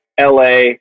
LA